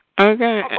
Okay